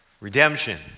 Redemption